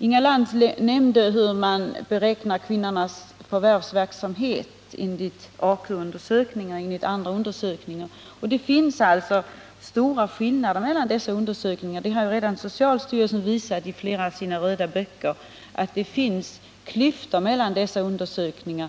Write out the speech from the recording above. Inga Lantz beskrev hur man beräknar kvinnornas förvärvsverksamhet enligt AKU och andra undersökningar. Det är alltså stora skillnader mellan dessa undersökningar. Också socialstyrelsen har visat i flera av sina röda böcker att det finns klyftor mellan dessa undersökningar.